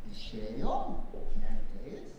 išėjo neateis